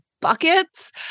buckets